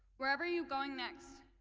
wherever you're going next,